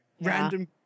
random